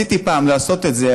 ניסיתי פעם לעשות את זה,